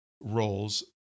roles